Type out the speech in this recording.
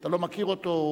אתה לא מכיר אותו,